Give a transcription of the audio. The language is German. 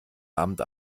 abend